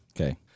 okay